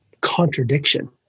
contradiction